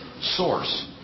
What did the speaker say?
source